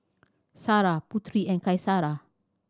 Sarah Putri and Qaisara